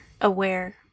aware